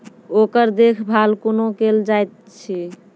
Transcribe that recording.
ओकर देखभाल कुना केल जायत अछि?